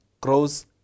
grows